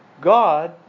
God